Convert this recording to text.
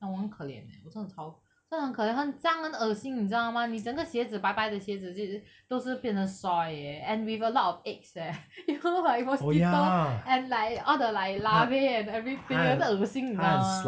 我很可怜 eh 我真的超真的很可怜很脏很恶心你知道吗你整个鞋子白白的鞋子都是变成 soil eh and with a lot of eggs eh you know like mosquitoes and like all the like larvae and everything 很恶心吗